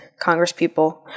congresspeople